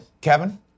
Kevin